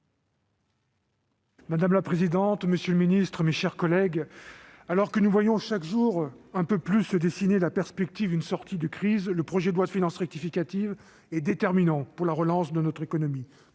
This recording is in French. Madame la présidente, monsieur le ministre, mes chers collègues, alors que nous voyons chaque jour un peu plus se dessiner la perspective d'une sortie de crise, le projet de loi de finances rectificative est déterminant pour la relance de notre économie.